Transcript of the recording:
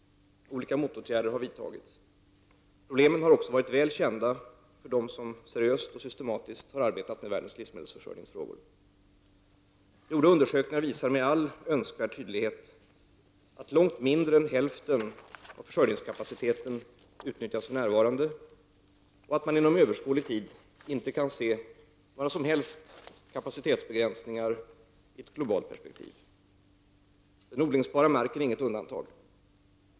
Olika motåtgärder har vidtagits. Problemen har också varit väl kända för dem som seriöst och systematiskt har arbetat med världens livsmedelsförsörjningsfrågor. Gjorda undersökningar visar med all önskvärd tydlighet att långt mindre än hälften av försörjningskapaciteten utnyttjats för närvarande och att man inom överskådlig tid inte kan se några som helst kapacitetsbegränsningar i ett globalt perspektiv. Den odlingsbara marken är inget undantag.